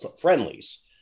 friendlies